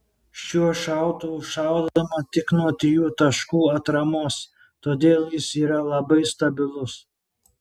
šiuo šautuvu šaudoma tik nuo trijų taškų atramos todėl jis yra labai stabilus